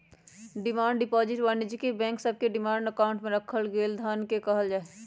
demand deposit वाणिज्यिक bank सभके demand account में राखल गेल धन के कहल जाइ छै